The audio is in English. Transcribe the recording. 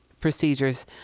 procedures